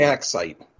site